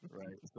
right